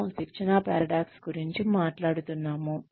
మనము శిక్షణ పారడాక్స్ గురించి మాట్లాడుతున్నాము